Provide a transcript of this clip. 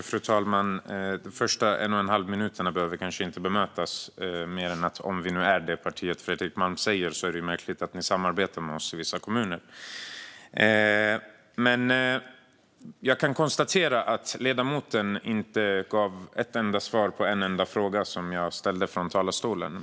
Fru talman! De första en och en halv minuterna behöver kanske inte bemötas med mer än att om vi och vårt parti nu är så som Fredrik Malm säger är det ju märkligt att ni samarbetar med oss i vissa kommuner. Jag kan konstatera att ledamoten inte gav ett enda svar på en enda fråga som jag ställde från talarstolen.